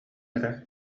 эрэ